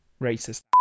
racist